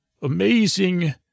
Amazing